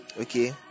okay